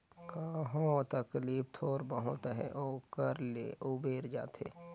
कहो तकलीफ थोर बहुत अहे ओकर ले उबेर जाथे